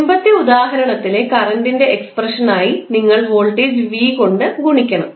മുൻപത്തെ ഉദാഹരണത്തിലെ കറൻറിൻറെ എക്സ്പ്രഷൻ ആയി നിങ്ങൾ വോൾട്ടേജ് v കൊണ്ട് ഗുണിക്കണം